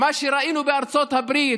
ראינו בארצות הברית